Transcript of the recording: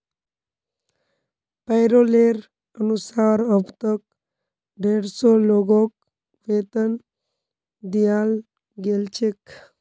पैरोलेर अनुसार अब तक डेढ़ सौ लोगक वेतन दियाल गेल छेक